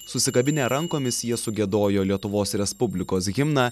susikabinę rankomis jie sugiedojo lietuvos respublikos himną